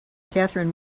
catherine